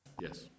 Yes